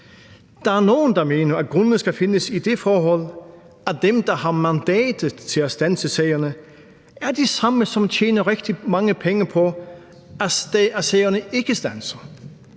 der er nogle, der mener, at grundene skal findes i det forhold, at dem, der har mandatet til at standse sagerne, er de samme, som tjener rigtig mange penge på, at sagerne ikke standser.